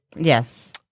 Yes